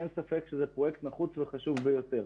אין ספק שזה פרויקט נחוץ וחשוב ביותר.